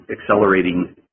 accelerating